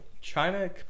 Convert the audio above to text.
China